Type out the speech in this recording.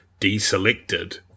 deselected